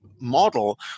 model